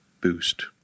boost